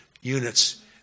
units